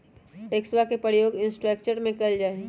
टैक्सवा के प्रयोग इंफ्रास्ट्रक्टर में कइल जाहई